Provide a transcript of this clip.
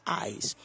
eyes